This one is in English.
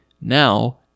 now